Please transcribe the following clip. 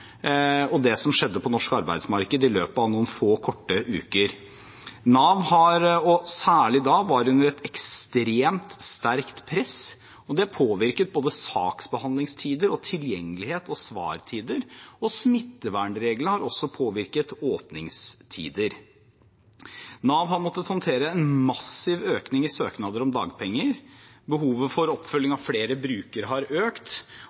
i løpet av noen få korte uker i mars–april i fjor. Nav var særlig da under et ekstremt sterkt press, og det påvirket både saksbehandlingstider, tilgjengelighet og svartider, og smittevernreglene har også påvirket åpningstider. Nav har måttet håndtere en massiv økning i antall søknader om dagpenger, og behovet for oppfølging av flere brukere har økt.